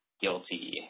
guilty